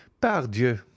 pardieu